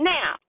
Now